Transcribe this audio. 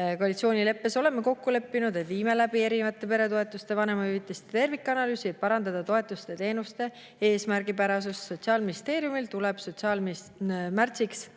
Koalitsioonileppes oleme kokku leppinud, et [teeme] peretoetuste ja vanemahüvitise tervikanalüüsi, et parandada toetuste ja teenuste eesmärgipärasust. Sotsiaalministeeriumil tuleb märtsiks